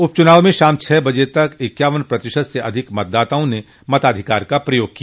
उप चुनाव में शाम पांच बजे तक पैंतालीस प्रतिशत से अधिक मतदाताओं ने अपने मताधिकार का प्रयोग किया